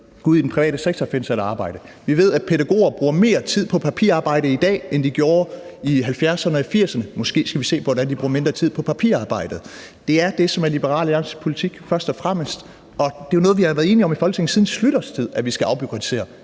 gå ud i den private sektor og finde sig et arbejde. Vi ved, at pædagoger bruger mere tid på papirarbejde i dag, end de gjorde i 1970'erne og 1980'erne. Måske skulle vi se på, hvordan de bruger mindre tid på papirarbejde. Det er det, som først og fremmest er Liberal Alliances politik, og det er jo noget, vi har været enige om i Folketinget siden Schlüters tid, altså at vi skal afbureaukratisere,